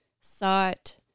sought